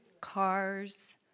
cars